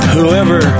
Whoever